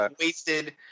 wasted